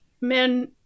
men